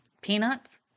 peanuts